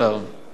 ד"ר אגבאריה,